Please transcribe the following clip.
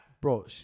Bro